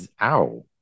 ow